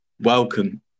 Welcome